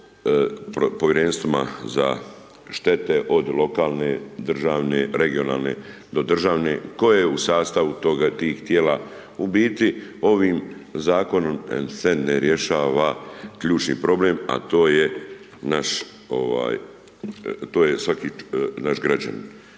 o Povjerenstvima za štete od lokalne, državne, regionalne do državne, tko je u sastavu tih tijela. U biti ovim Zakonom se ne rješava ključni problem, a to je svaki naš građanin.